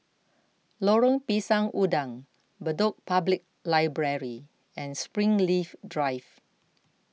Lorong Pisang Udang Bedok Public Library and Springleaf Drive